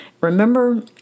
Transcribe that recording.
Remember